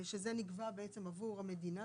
שזה נגבה בעצם עבור המדינה,